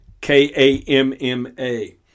K-A-M-M-A